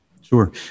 Sure